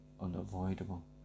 unavoidable